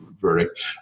verdict